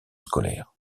scolaire